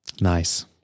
Nice